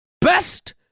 Best